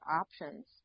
options